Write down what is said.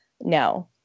No